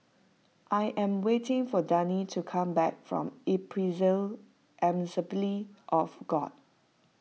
I am waiting for Dagny to come back from Ebenezer Assembly of God